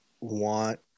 want